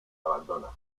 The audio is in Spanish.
abandona